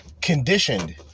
conditioned